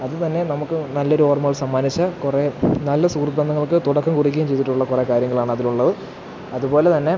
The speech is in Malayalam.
അത് തന്നെ നമുക്ക് നല്ലൊരോർമ്മകൾ സമ്മാനിച്ച് കുറേ നല്ല സുഹൃദ്ബന്ധങ്ങൾക്ക് തുടക്കം കുറിക്കുകയും ചെയ്തിട്ടുള്ള കുറേ കാര്യങ്ങളാണതിലുള്ളത് അതുപോലെ തന്നെ